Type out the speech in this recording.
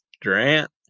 Durant